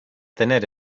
tener